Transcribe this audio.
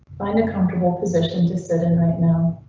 find a comfortable position to sit in right now,